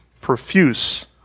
Profuse